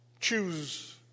choose